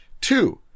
Two